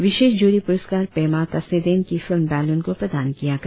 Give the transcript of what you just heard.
विशेष jury पुरस्कार Pema Tseden की फिल्म बैलून को प्रदान किया गया